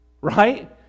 right